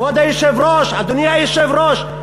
כבוד היושב-ראש, אדוני היושב-ראש.